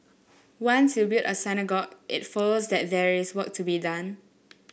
once you build a synagogue it follows that there is work to be done